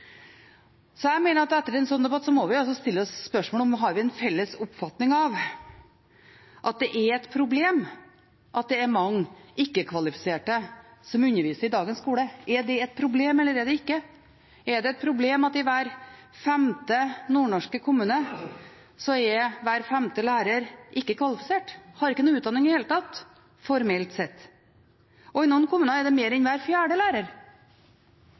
Jeg mener at etter en slik debatt må vi stille oss spørsmålet: Har vi en felles oppfatning om at det er et problem at det er mange ikke-kvalifiserte som underviser i dagens skole – er det et problem eller er det ikke? Er det et problem at i hver femte nordnorske kommune er hver femte lærer ikke kvalifisert, har ikke noen utdanning i det hele tatt, formelt sett? I noen kommuner er det mer enn hver fjerde lærer.